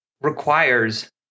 requires